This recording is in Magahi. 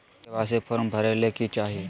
के.वाई.सी फॉर्म भरे ले कि चाही?